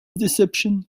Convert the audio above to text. deception